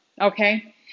Okay